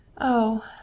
Oh